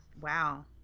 wow